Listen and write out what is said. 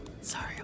Sorry